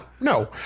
no